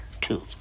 two